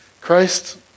Christ